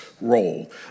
role